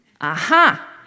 Aha